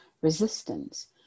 resistance